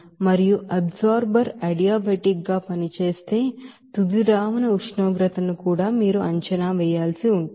మరియు అబ్జార్బర్ అడియాబాటికల్ గా పనిచేస్తే తుది ద్రావణ ఉష్ణోగ్రతను కూడా మీరు అంచనా వేయాల్సి ఉంటుంది